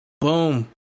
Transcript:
Boom